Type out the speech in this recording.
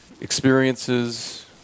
experiences